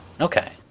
Okay